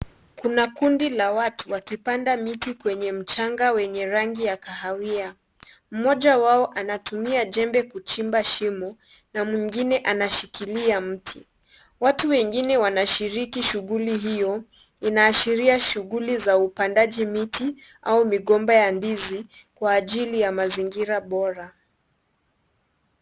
Kuna kundi la watu wakipanda miti kwenye mchanga wenye rangi ya kahawia. Mmoja wao anatumia jembe kuchimba shimo na mwingine anashikilia mti. Watu wengine wanashiriki shughuli hiyo. Inaashiria shughuli ya kupanda miti au migomba ya ndizi kwa ajili ya mazingira bora.